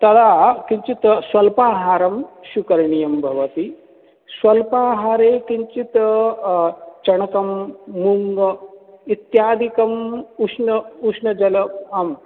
तदा किञ्चित् स्वल्पाहारं स्वीकरणीयं भवति स्वल्पाहारे किञ्चित् चणकं मूङ्ग् इत्यादिकम् उष्ण उष्णजलम् आम्